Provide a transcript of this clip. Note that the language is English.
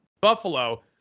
Buffalo